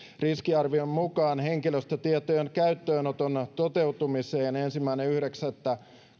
riskiarvion mukaan henkilöstötietojen käyttöönoton toteutumiseen ensimmäinen yhdeksättä